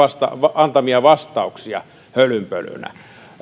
antamia vastauksia